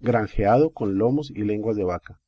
granjeado con lomos y lenguas de vaca